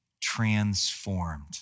transformed